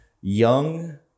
young